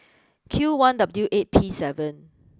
Q one W eight P seven